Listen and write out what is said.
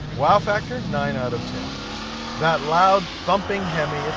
wow, factor nine out of that loud thumping heaviest.